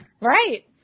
Right